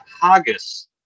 haggis